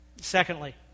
Secondly